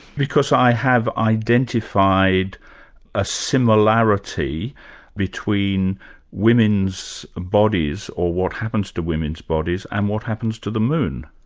because i have identified a similarity between women's bodies or what happens to women's bodies, and what happens to the moon.